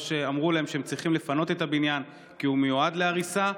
שאמרו להן שהן צריכות לפנות את הבניין כי הוא מיועד להריסה.